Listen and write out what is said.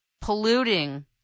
polluting